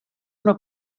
una